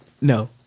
no